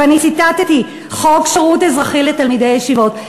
ואני ציטטתי: חוק שירות אזרחי לתלמידי ישיבות.